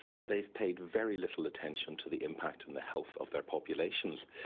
but they've paid very little attention to the impact on the health of their populations.